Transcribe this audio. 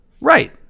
right